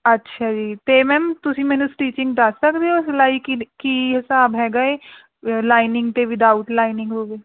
ਅੱਛਾ ਜੀ ਅਤੇ ਮੈਮ ਤੁਸੀਂ ਮੈਨੂੰ ਸਟਿੱਚਿੰਗ ਦੱਸ ਸਕਦੇ ਹੋ ਸਿਲਾਈ ਕਿਹੜੇ ਕੀ ਹਿਸਾਬ ਹੈਗਾ ਹੈ ਲਾਇਨਿੰਗ ਅਤੇ ਵਿਦਆਊਟ ਲਾਇਨਿੰਗ ਹੋਵੇ